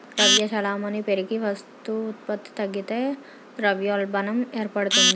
ద్రవ్య చలామణి పెరిగి వస్తు ఉత్పత్తి తగ్గితే ద్రవ్యోల్బణం ఏర్పడుతుంది